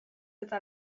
eta